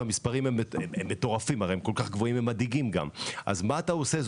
והמספרים מטורפים הם כל כך גבוהים ומדאיגים גם מה אתה עושה?